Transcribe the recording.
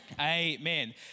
Amen